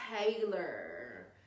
taylor